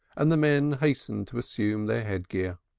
and the men hastened to assume their head-gear.